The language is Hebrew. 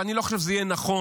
ואני לא חושב שזה יהיה נכון,